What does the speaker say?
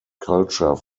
culture